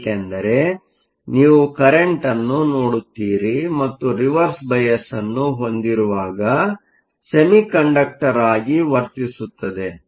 ಏಕೆಂದರೆ ನೀವು ಕರೆಂಟ್Current ಅನ್ನು ನೋಡುತ್ತೀರಿ ಮತ್ತು ರಿವರ್ಸ್ ಬಯಾಸ್Reverse bias ಅನ್ನು ಹೊಂದಿರುವಾಗ ಸೆಮಿಕಂಡಕ್ಟರ್ ಆಗಿ ವರ್ತಿಸುತ್ತದೆ